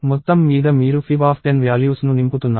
మొత్తంమీద మీరు fib10 values ను నింపుతున్నారు